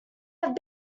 have